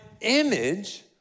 image